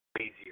easier